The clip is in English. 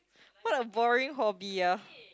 what a boring hobby ah